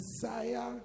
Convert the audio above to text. desire